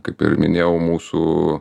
kaip ir minėjau mūsų